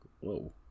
whoa